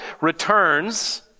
returns